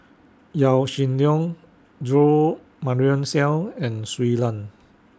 Yaw Shin Leong Jo Marion Seow and Shui Lan